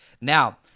now